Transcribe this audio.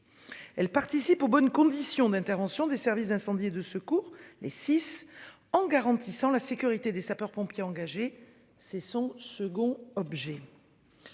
Elle participe aux bonnes conditions d'intervention des services d'incendie et de secours. Les six en garantissant la sécurité des sapeurs-pompiers engagés, c'est son second objet.